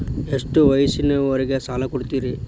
ಎಷ್ಟ ವಯಸ್ಸಿನವರಿಗೆ ಸಾಲ ಕೊಡ್ತಿರಿ?